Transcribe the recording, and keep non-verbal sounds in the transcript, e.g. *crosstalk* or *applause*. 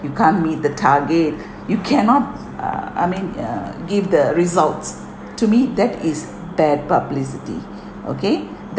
you can't meet the target *breath* you cannot err I mean err give the results to me that is bad publicity *breath* okay